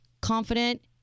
confident